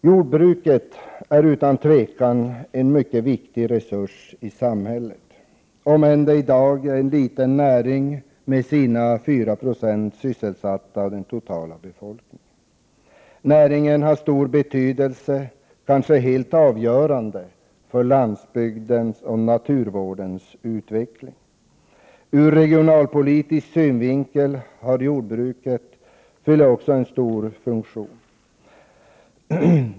Jordbruket är utan tvivel en mycket viktig resurs i samhället, även om det i dag är en liten näring med sina 4 96 sysselsatta av den totala befolkningen. Näringen har en stor och kanske helt avgörande betydelse för landsbygdens och naturvårdens utveckling. Ur regionalpolitisk synpunkt fyller jordbruket också en viktig funktion.